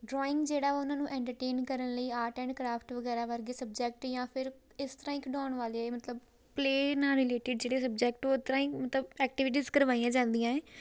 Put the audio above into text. drawing ਜਿਹੜਾ ਉਨ੍ਹਾਂ ਨੂੰ ਐਂਟਰਟੇਨ ਕਰਨ ਲਈ ਆਰਟ ਐਂਡ ਕ੍ਰਾਫਟ ਵਗੈਰਾ ਵਰਗੇ ਸਬਜੈਕਟ ਜਾਂ ਫਿਰ ਇਸ ਤਰ੍ਹਾਂ ਹੀ ਖਿਡਾਉਣ ਵਾਲੇ ਮਤਲਬ ਪਲੇਅ ਨਾਲ ਰਿਲੇਟਡ ਜਿਹੜੇ ਸਬਜੈਕਟ ਉਹ ਤਰ੍ਹਾਂ ਹੀ ਮਤਲਬ ਐਕਟੀਵਿਟੀਜ਼ ਕਰਵਾਈਆਂ ਜਾਂਦੀਆਂ ਨੇ